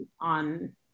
on